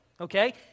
okay